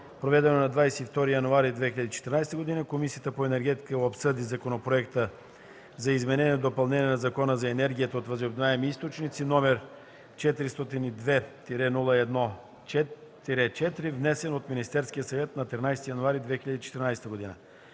проведено на 22 януари 2014 г., Комисията по енергетика обсъди Законопроекта за изменение и допълнение на Закона за енергията от възобновяеми източници, № 402-01-4, внесен от Министерския съвет на 13 януари 2014 г.